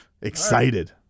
Excited